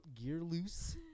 Gearloose